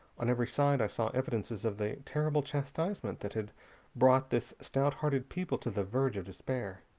on every side i saw evidences of the terrible chastisement that had brought this stout-hearted people to the verge of despair.